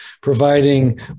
providing